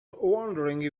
wondering